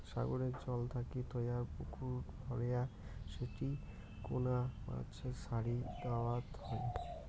সাগরের জল থাকি তৈয়ার পুকুর ভরেয়া সেটি কুনা মাছ ছাড়ি দ্যাওয়ৎ হই